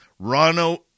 rano